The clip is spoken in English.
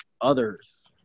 others